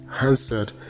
answered